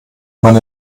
man